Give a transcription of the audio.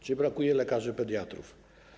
Czy brakuje lekarzy pediatrów?